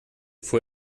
vor